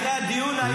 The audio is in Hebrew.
אחרי הדיון היום,